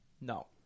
No